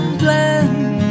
blend